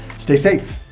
stay safe.